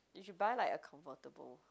you should buy like a convertible